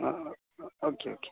okay okay